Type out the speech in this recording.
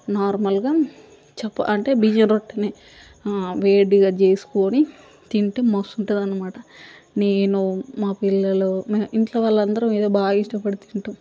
నార్మల్గా చపా అంటే బియ్యంరొట్టెనే వేడిగా చేసుకుని తింటే మస్త్ ఉంటుంది అనమాట నేను మా పిల్లలు మా ఇంట్లో వాళ్ళందరూ బాగా ఇష్టపడి తింటాం